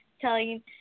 telling